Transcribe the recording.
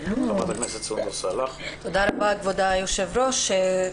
חברת הכנסת סונדוס סאלח, בבקשה.